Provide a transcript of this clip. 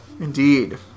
indeed